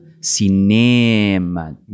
cinema